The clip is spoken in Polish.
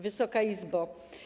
Wysoka Izbo!